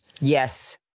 Yes